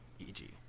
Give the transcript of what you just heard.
EG